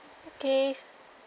okay